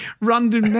random